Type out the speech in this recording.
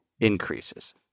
increases